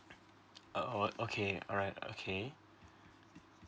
oh oh okay alright okay